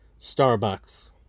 Starbucks